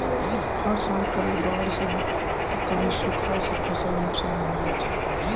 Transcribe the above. हर साल कभी बाढ़ सॅ त कभी सूखा सॅ फसल नुकसान होय जाय छै